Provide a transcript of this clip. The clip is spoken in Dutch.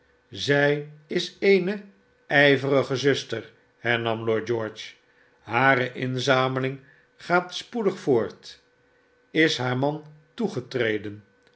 zij is eene ijverige zuster hernam lord george hare inzameling gaat spoedig voort is haar man toegetreden